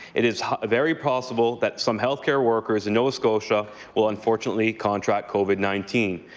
it is very possible that some health care workers in nova scotia will unfortunately contract covid nineteen.